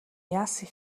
яасан